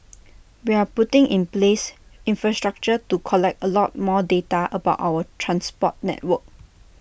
we are putting in place infrastructure to collect A lot more data about our transport network